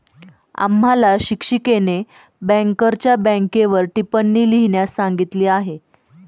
आम्हाला शिक्षिकेने बँकरच्या बँकेवर टिप्पणी लिहिण्यास सांगितली आहे